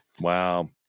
wow